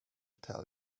tell